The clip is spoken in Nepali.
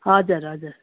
हजुर हजुर